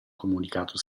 comunicato